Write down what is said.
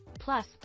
Plus